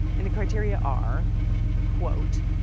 and the criteria are quote,